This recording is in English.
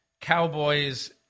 Cowboys